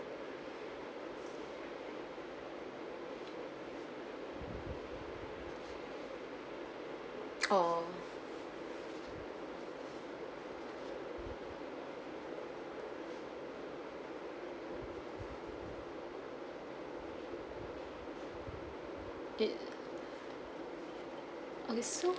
oh it okay so